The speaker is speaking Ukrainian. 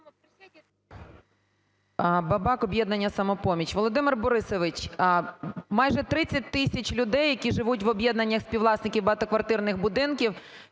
Бабак, "Об'єднання "Самопоміч". Володимир Борисович, майже 30 тисяч людей, які живуть в об'єднаннях співвласників багатоквартирних будинків,